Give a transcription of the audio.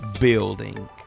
building